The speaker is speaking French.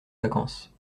vacances